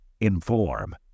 Inform